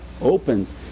opens